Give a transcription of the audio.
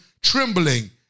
trembling